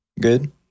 Good